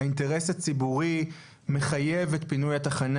האינטרס הציבורי מחייב את פינוי התחנה